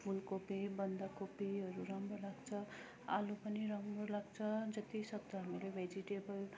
फुलकोपी बन्दाकोपीहरू राम्रो लाग्छ आलु पनि राम्रो लाग्छ जतिसक्दो हामीले भेजिटेबल